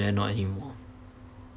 and not any more